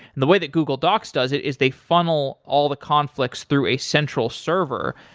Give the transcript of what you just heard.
the way that google docs does it is they funnel all the conflicts through a central server,